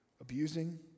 Abusing